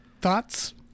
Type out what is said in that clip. Thoughts